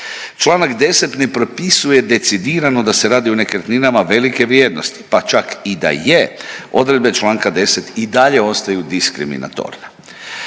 Čl. 10 ne propisuje decidirano da je radi o nekretninama velike vrijednosti, pa čak i da je, odredbe čl. 10 i dalje ostaju diskriminatorne.